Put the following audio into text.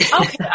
Okay